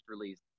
released